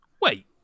wait